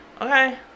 Okay